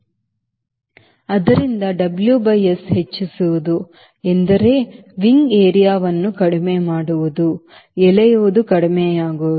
ಆದ್ದರಿಂದ W by S ಹೆಚ್ಚಿಸುವುದು ಎಂದರೆ ರೆಕ್ಕೆ ಪ್ರದೇಶವನ್ನು ಕಡಿಮೆ ಮಾಡುವುದು ಎಳೆಯುವುದು ಕಡಿಮೆಯಾಗುವುದು